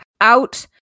out